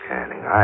Canning